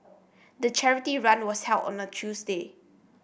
the charity run was held on a Tuesday